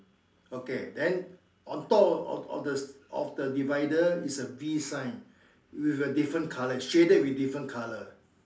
okay then on top of of of of the divider is a B sign with a different colour shaded with different colour